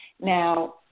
Now